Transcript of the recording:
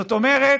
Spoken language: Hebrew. זאת אומרת,